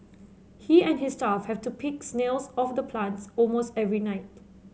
he and his staff have to pick snails off the plants almost every night